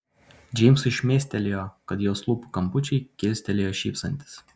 džeimsui šmėstelėjo kad jos lūpų kampučiai kilstelėjo šypsantis